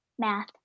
math